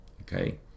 Okay